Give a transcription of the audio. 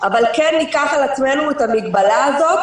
אבל כן ניקח על עצמנו את המגבלה הזאת-